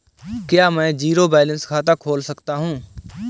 क्या मैं zero balance खाता खोल सकता हूँ?